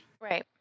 Right